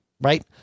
right